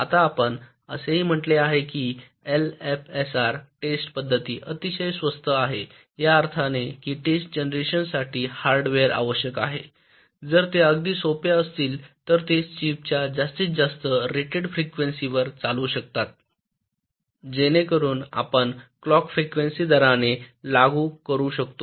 आता आपण असेही म्हटले आहे की एलएफएसआर टेस्ट पद्धती अतिशय स्वस्त आहे या अर्थाने की टेस्ट जेनेशन साठी हार्डवेअर आवश्यक आहे जर ते अगदी सोपे असतील तर ते चिपच्या जास्तीत जास्त रेटेड फ्रीक्विन्सी वर चालू शकतात जेणेकरून आपण क्लॉक फ्रीक्विन्सी दराने लागू करू शकतो